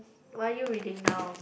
why you reading now